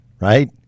Right